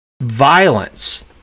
violence